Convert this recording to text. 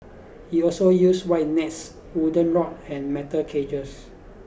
he also use wide nets wooden rod and metal cages